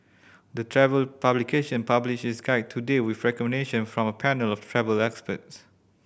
the travel publication published its guide today with recommendation from a panel of travel expert